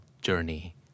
journey